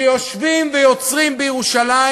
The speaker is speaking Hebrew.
שיושבים ויוצרים בירושלים,